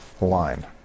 line